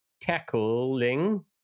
tackling